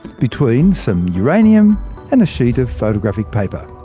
between some uranium and a sheet of photographic paper.